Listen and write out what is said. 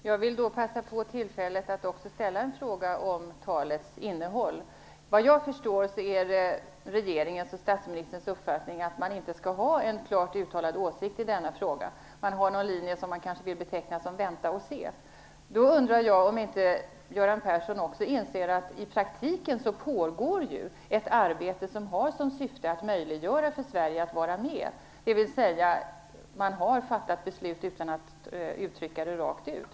Fru talman! Jag vill passa på tillfället att också ställa en fråga om talets innehåll. Vad jag förstod är det regeringens och statsministerns uppfattning att man inte skall ha en klart uttalad åsikt i denna fråga. Man har någon linje som man kanske vill beteckna som vänta och se. Då undrar jag om inte Göran Persson också inser att det i praktiken pågår ett arbete som har till syfte att möjliggöra för Sverige att vara med, dvs. man har fattat beslut utan att uttrycka det rakt ut.